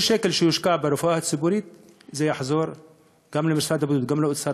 כל שקל שיושקע ברפואה הציבורית יחזור גם למשרד הבריאות וגם לאוצר,